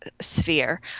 sphere